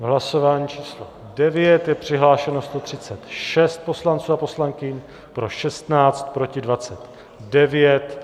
V hlasování číslo 9 je přihlášeno 136 poslanců a poslankyň, pro 16, proti 29.